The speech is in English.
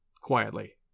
quietly